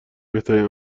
بهترین